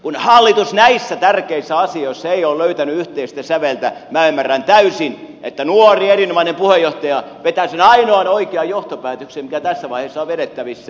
kun hallitus näissä tärkeissä asioissa ei ole löytänyt yhteistä säveltä minä ymmärrän täysin että nuori erinomainen puheenjohtaja vetää sen ainoan oikean johtopäätöksen mikä tässä vaiheessa on vedettävissä